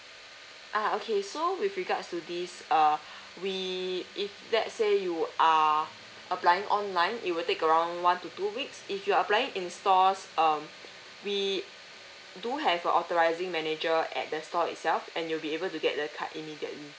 ah okay so with regards to this uh we if let's say you are applying online it will take around one to two weeks if you're applying in stores um we do have a authorising manager at the store itself and you'll be able to get the card immediately